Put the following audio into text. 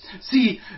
See